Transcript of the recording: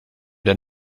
der